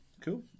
cool